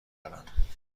دارم